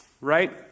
right